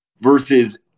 versus